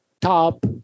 top